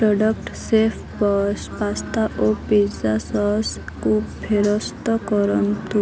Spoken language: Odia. ପ୍ରଡ଼କ୍ଟ୍ ଶେଫ୍ବସ୍ ପାସ୍ତା ଓ ପିଜ୍ଜା ସସ୍କୁ ଫେରସ୍ତ କରନ୍ତୁ